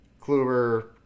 Kluber